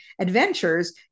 adventures